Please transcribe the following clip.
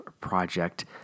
Project